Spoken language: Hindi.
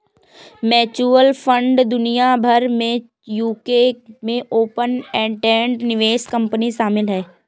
म्यूचुअल फंड दुनिया भर में यूके में ओपन एंडेड निवेश कंपनी शामिल हैं